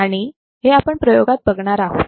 आणि हे आपण प्रयोगात बघणार आहोत